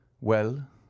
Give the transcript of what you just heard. Well